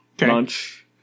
lunch